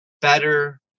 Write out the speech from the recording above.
better